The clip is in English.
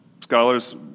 Scholars